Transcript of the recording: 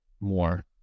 more